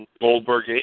Goldberg